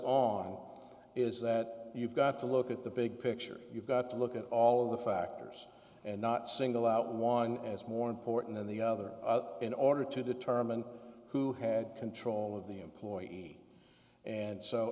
on is that you've got to look at the big picture you've got to look at all of the factors and not single out one as more important than the other in order to determine who had control of the employee and so